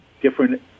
different